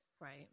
right